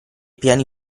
piani